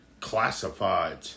classified